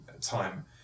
time